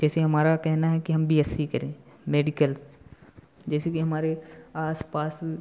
जैसे हमारा कहना है कि हम बी एस सी करें मेडिकल्स जैसे कि हमारे आस पास